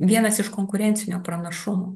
vienas iš konkurencinio pranašumų